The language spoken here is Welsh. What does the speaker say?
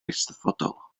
eisteddfodol